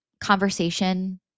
conversation